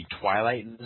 Twilight